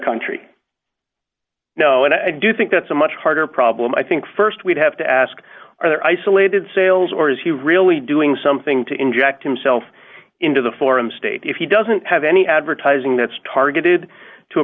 country no and i do think that's a much harder problem i think st we'd have to ask are there isolated sales or is he really doing something to inject himself into the forum state if he doesn't have any advertising that's targeted to a